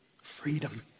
freedom